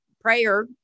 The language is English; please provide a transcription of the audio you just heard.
Prayer